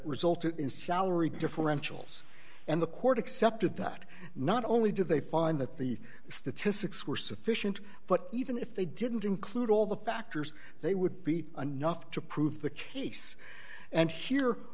resulted in salary differentials and the court accepted that not only did they find that the statistics were sufficient but even if they didn't include all the factors they would be anough to prove the case and here